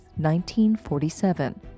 1947